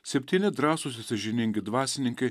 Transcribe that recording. septyni drąsūs ir sąžiningi dvasininkai